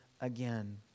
again